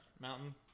Mountain